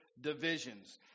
divisions